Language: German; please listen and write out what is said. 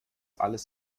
alles